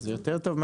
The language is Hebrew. זה המצב.